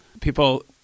People